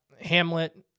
Hamlet